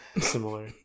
similar